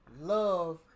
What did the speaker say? love